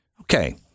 Okay